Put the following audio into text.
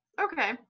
Okay